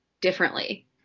differently